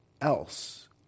else